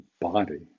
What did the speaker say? body